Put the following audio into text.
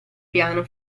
piano